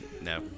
no